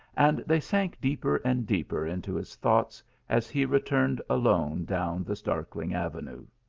and they sank deeper and deeper into his thoughts as he returned alone down the darkling avenues.